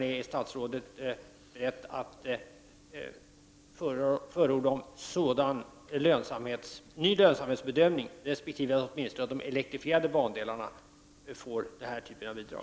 Är statsrådet således beredd att förorda en ny lönsamhetsbedömning — att åtminstone de elektrifierade bandelarna får den här typen av bidrag?